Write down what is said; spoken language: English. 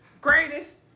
Greatest